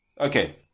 Okay